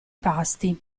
pasti